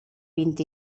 vint